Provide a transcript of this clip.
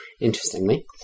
interestingly